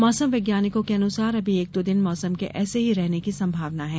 मौसम वैज्ञानिकों के अनुसार अभी एक दो दिन मौसम के ऐसे ही रहने की सम्भावना है